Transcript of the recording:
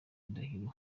indahiro